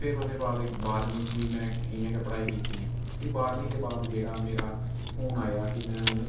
फेर ओह्दे बाद बाहरमीं च बी में इ'यां गे पढ़ाई कीती फ्ही बाहरमीं दे बाद जेह्ड़ा मेरा हून आया कि में हून